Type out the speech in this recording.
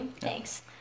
Thanks